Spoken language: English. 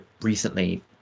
recently